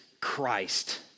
Christ